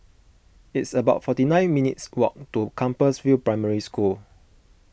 it's about forty nine minutes' walk to Compassvale Primary School